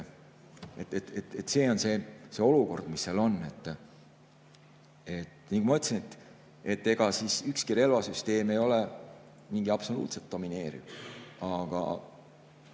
See on see olukord, mis seal on.